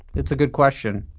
it's a good question